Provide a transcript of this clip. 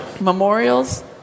Memorials